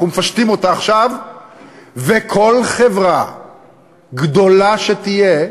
אנחנו מפשטים אותה עכשיו וכל חברה גדולה שתהיה,